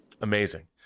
Amazing